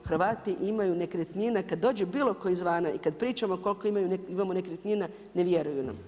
Hrvati imaju nekretnine, kada dođe bilo tko izvana i kada pričamo koliko imamo nekretnina ne vjeruju nam.